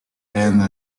and